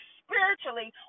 spiritually